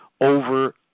over